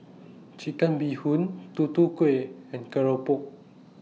Chicken Bee Hoon Tutu Kueh and Keropok